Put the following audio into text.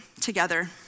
together